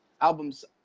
album's